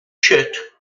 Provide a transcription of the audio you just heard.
chit